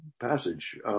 passage